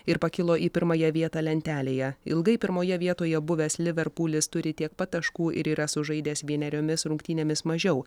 ir pakilo į pirmąją vietą lentelėje ilgai pirmoje vietoje buvęs liverpulis turi tiek pat taškų ir yra sužaidęs vieneriomis rungtynėmis mažiau